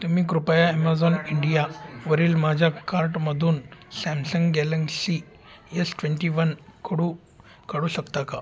तुम्ही कृपया ॲमेझॉन इंडियावरील माझ्या कार्टमधून Samsung Galaxy S twenty one खोडू काढू शकता का